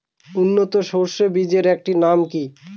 উন্নত সরষে বীজের একটি নাম কি?